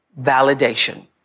validation